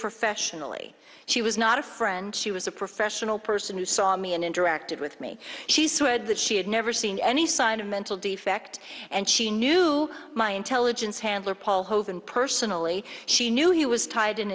professionally she was not a friend she was a professional person who saw me and interacted with me she said that she had never seen any sign of mental defect and she knew my intelligence handler paul hogan personally she knew he was tied in